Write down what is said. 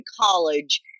College